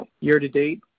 Year-to-date